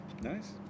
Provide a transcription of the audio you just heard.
Nice